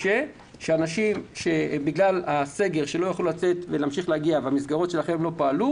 שאנשים שבגלל הסגר לא יכלו לצאת והמסגרות שלכם לא פעל,